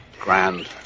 grand